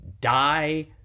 die